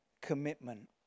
commitment